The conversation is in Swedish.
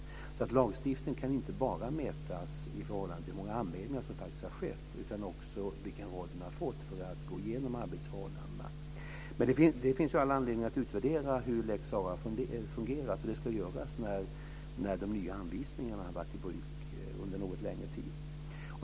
Lagstiftningens framgång kan alltså inte bara mätas med utgångspunkt i hur många anmälningarna som faktiskt har skett. Man får också titta på vilken roll den har fått när man har gått igenom arbetsförhållandena. Det finns all anledning att utvärdera hur lex Sara har fungerat. Det ska också göras när de nya anvisningarna har varit i bruk under något längre tid.